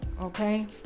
Okay